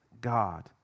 God